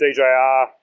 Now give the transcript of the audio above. DJR